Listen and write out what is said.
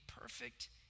perfect